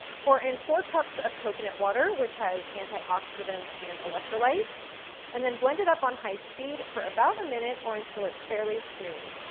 pour in four cups of coconut water which has antioxidants and electrolytes and then blend it up on high speed for about a minute or until it's fairly smooth.